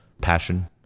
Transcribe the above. passion